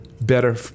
better